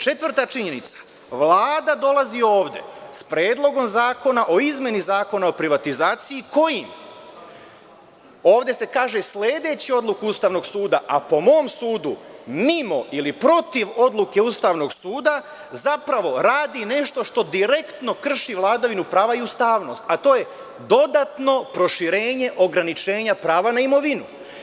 Četvrta činjenica – Vlada dolazi ovde sa Predlogom zakona o izmeni Zakona o privatizaciji kojim, ovde se kaže – sledeći odluku Ustavnog suda, a po mom sudu mimo ili protiv odluke Ustavnog suda zapravo radi nešto što direktno krši vladavinu prava i ustavnost, a to je dodatno proširenje ograničenja prava na imovinu.